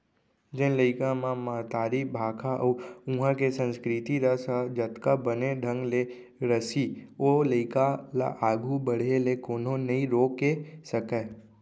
जेन लइका म महतारी भाखा अउ उहॉं के संस्कृति रस ह जतका बने ढंग ले रसही ओ लइका ल आघू बाढ़े ले कोनो नइ रोके सकयँ